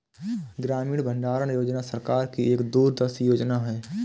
ग्रामीण भंडारण योजना सरकार की एक दूरदर्शी योजना है